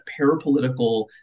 parapolitical